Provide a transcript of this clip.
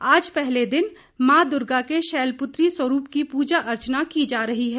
आज पहले दिन मां दुर्गा के शैलपुत्री स्वरूप की पूजा अर्चना की जा रही है